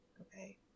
Okay